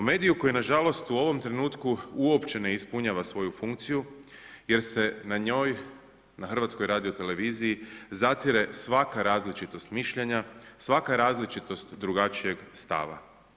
O mediju koji nažalost u ovom trenutku uopće ne ispunjavao svoju funkciju jer se na njoj na HRT-u zatire svaka različitost mišljenja, svaka različitost je drugačijeg stava.